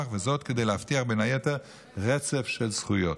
וזאת כדי להבטיח בין היתר רצף של זכויות.